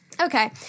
okay